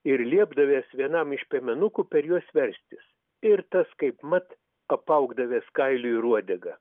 ir liepdavęs vienam iš piemenukų per juos verstis ir tas kaipmat apaugdavęs kailiu ir uodega